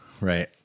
Right